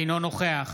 אינו נוכח